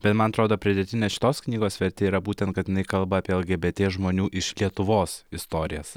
bet man atrodo pridėtinė šitos knygos vertė yra būtent kad jinai kalba apie lgbt žmonių iš lietuvos istorijas